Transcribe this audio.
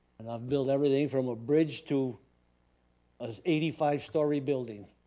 and i've built everything from a bridge to a eighty five story building,